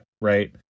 Right